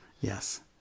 yes